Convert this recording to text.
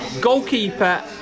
Goalkeeper